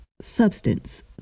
substance